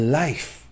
life